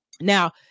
Now